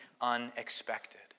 unexpected